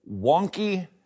wonky